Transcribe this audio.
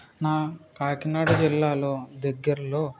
నా కాకినాడ జిల్లాలో దగ్గరలో